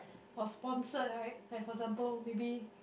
or sponsored right like for example maybe